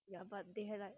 ya but they have like